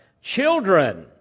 Children